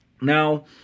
now